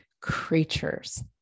creatures